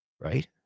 Right